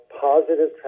positive